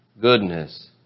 goodness